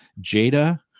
Jada